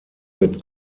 mit